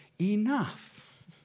enough